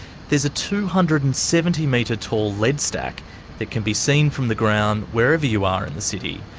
there's a two hundred and seventy metre tall lead stack that can be seen from the ground, wherever you are in the city,